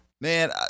Man